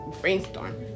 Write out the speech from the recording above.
brainstorm